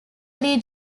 lee